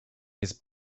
his